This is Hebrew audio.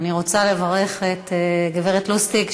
אני רוצה לברך את הגברת לוסטיג,